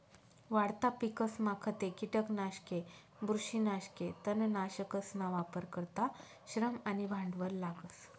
वाढता पिकसमा खते, किटकनाशके, बुरशीनाशके, तणनाशकसना वापर करता श्रम आणि भांडवल लागस